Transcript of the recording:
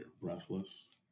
breathless